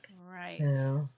Right